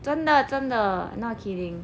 真的真的 not kidding